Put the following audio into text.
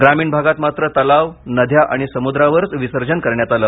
ग्रामीण भागात मात्र तलाव नद्या आणि समुद्रावरच विसर्जन करण्यात आलं